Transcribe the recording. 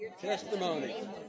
Testimony